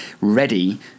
ready